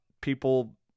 people